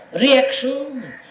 reaction